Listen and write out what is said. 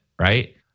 Right